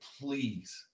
please